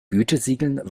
gütesiegeln